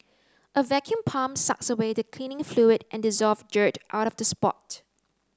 a vacuum pump sucks away the cleaning fluid and dissolved dirt out of the spot